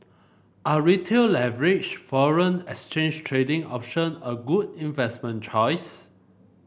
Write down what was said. are Retail leveraged foreign exchange trading option a good investment choice